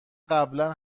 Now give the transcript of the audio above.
قبلا